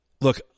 Look